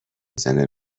میزنه